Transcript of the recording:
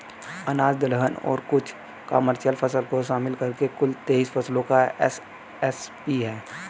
अनाज दलहन और कुछ कमर्शियल फसल को शामिल करके कुल तेईस फसलों का एम.एस.पी है